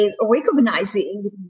recognizing